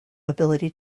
ability